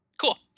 Cool